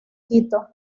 quito